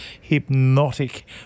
hypnotic